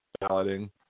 balloting